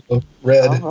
Red